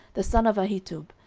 the son of ahitub,